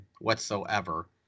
whatsoever